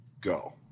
Go